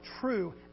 true